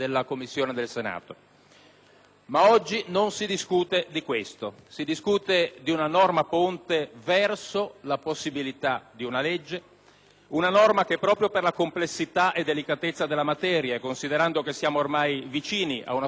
ma oggi non si discute di questo. Si discute di una norma ponte verso la possibilità di una legge, una norma che proprio per la complessità e delicatezza della materia, considerato che siamo ormai vicini ad una sua organica disciplina giuridica,